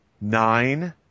nine